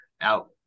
out